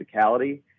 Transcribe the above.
physicality